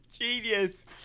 Genius